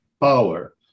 power